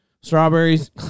Strawberries